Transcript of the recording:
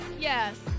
yes